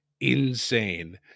insane